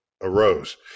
arose